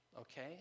Okay